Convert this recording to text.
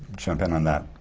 jump in on that,